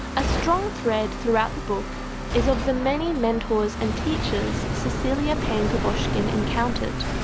a strong thread throughout the book is of the many mentors and teachers cecilia payne-gaposchkin encountered.